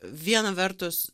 viena vertus